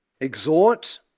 exhort